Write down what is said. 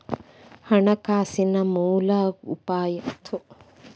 ಹಣಕಾಸಿನ ಮೂಲ ಅಪಾಯಾ ಅಪೂರ್ಣ ಹೆಡ್ಜಿಂಗ್ ಇಂದಾ ಸಂಬಂಧಿಸಿದ್ ಅಪಾಯ ಅದ